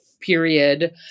period